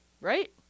Right